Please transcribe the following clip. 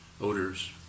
odors